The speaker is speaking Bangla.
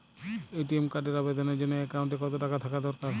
এ.টি.এম কার্ডের আবেদনের জন্য অ্যাকাউন্টে কতো টাকা থাকা দরকার?